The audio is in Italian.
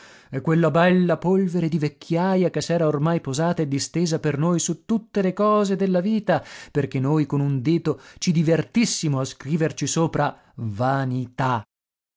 e quella bella polvere di vecchiaja che s'era ormai posata e distesa per noi su tutte le cose della vita perché noi con un dito ci divertissimo a scriverci sopra vanità